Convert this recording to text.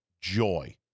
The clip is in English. joy